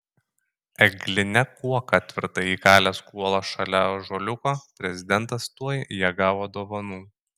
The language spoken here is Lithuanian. egline kuoka tvirtai įkalęs kuolą šalia ąžuoliuko prezidentas tuoj ją gavo dovanų